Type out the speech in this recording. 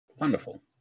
Wonderful